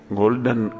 golden